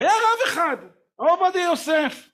היה רב אחד, עובדיה יוסף